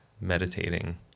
meditating